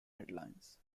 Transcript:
headlines